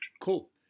Cool